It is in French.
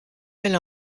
elle